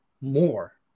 more